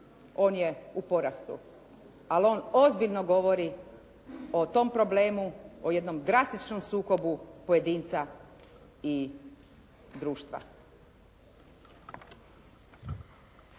On je u porastu, ali on ozbiljno govori o tom problemu, o jednom drastičnom sukobu pojedinca i društva.